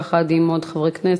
יחד עם עוד חברי כנסת,